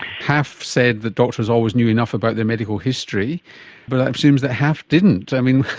half said that doctors always knew enough about their medical history, but that assumes that half didn't. i